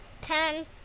ten